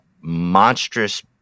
monstrous